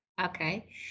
Okay